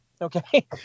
Okay